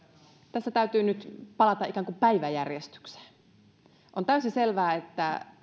tässä täytyy nyt palata ikään kuin päiväjärjestykseen on täysin selvää että